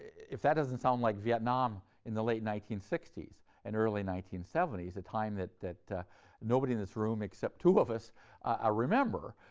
if that doesn't sound like vietnam in the late nineteen sixty s and early nineteen seventy s, a time that that nobody in this room except two of us ah remember,